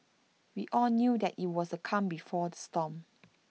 we all knew that IT was the calm before the storm